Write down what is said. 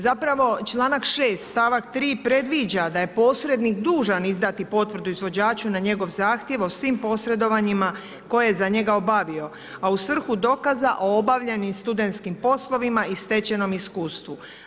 Zapravo članak 6. stavak 3. predviđa da je posrednik dužan izdati potvrdu izvođaču na njegov zahtjev o svim posredovanjima koje je za njega obavio a u svrhu dokaza o obavljenim studentskim poslovima i stečenom iskustvu.